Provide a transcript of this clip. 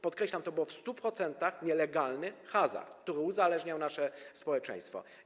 Podkreślam, że to był w 100% nielegalny hazard, który uzależniał nasze społeczeństwo.